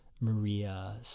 Maria